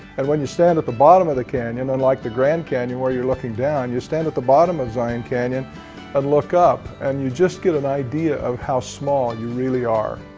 and when you stand at the bottom of the canyon, unlike the grand canyon, where you're looking down. you stand at the bottom of zion canyon and look up and you just get an idea of how small you really are.